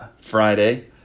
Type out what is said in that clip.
Friday